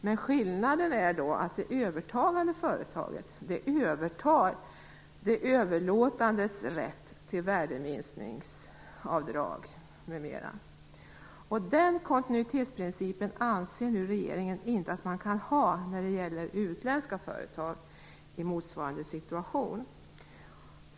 Men skillnaden är att det övertagande företaget övertar det överlåtande företagets rätt till värdeminskningsavdrag m.m. Regeringen anser att man inte kan tillämpa den kontinuitetsprincipen när det gäller utländska företag i motsvarande situation.